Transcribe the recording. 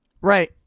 Right